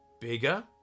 Bigger